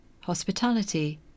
hospitality